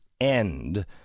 end